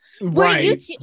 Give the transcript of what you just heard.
Right